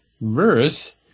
verse